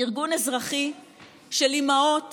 ארגון אזרחי של אימהות